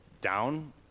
down